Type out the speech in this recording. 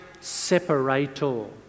separator